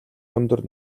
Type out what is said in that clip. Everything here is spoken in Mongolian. өндөр